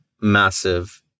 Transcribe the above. massive